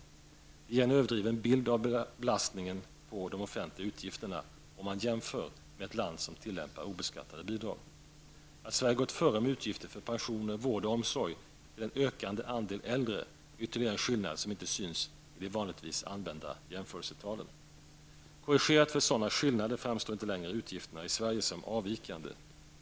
Det ger en överdriven bild av belastningen på de offentliga utgifterna om man jämför med ett land som tillämpar obeskattade bidrag. Att Sverige gått före med utgifter för pensioner, vård och omsorg till en ökande andel äldre är ytterligare en skillnad som inte syns i de vanligtvis använda jämförelserna. Korrigerat för sådana skillnader framstår inte längre utgifterna i Sverige som avvikande.